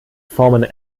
formen